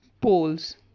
poles